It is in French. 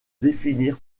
définir